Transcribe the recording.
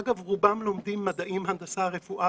אגב, רובם לומדים מדעים, הנדסה, רפואה